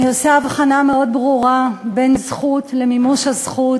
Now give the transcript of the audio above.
אני עושה הבחנה מאוד ברורה בין זכות למימוש הזכות,